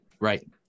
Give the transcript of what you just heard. Right